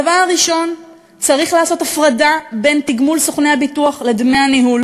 הדבר הראשון: צריך לעשות הפרדה בין תגמול סוכני הביטוח לדמי הניהול